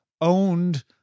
owned